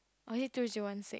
or is it two zero one six